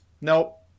nope